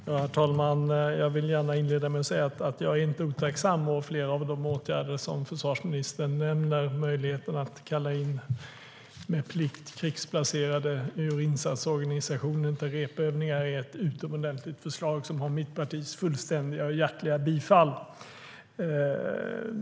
Herr talman! Jag vill gärna inleda med att säga att jag inte är otacksam. Flera av de åtgärder som försvarsministern nämner är bra. Möjligheten att kalla in med plikt krigsplacerade ur insatsorganisationen till repövningar är ett utomordentligt förslag som har mitt partis fullständiga och hjärtliga bifall.